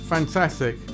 Fantastic